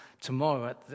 tomorrow